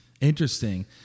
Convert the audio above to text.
interesting